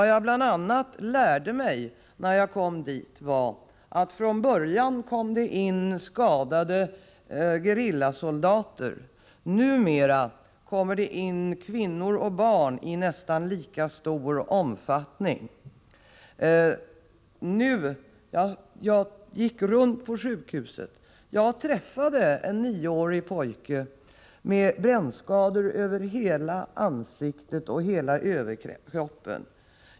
Jag fick lära mig att det, efter det att det från början kommit in skadade gerillasoldater, numera kommer in kvinnor och barn i nästan lika stor omfattning. Jag gick runt på sjukhuset och träffade en nioårig pojke med brännskador över hela ansiktet och överkroppen.